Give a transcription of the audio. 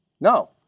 No